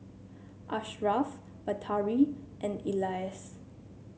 Ashraf Batari and Elyas